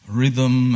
rhythm